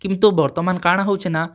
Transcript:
କିନ୍ତୁ ବର୍ତ୍ତମାନ୍ କା'ଣା ହେଉଛେ ନା